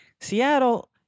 Seattle